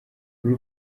uru